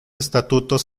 estatutos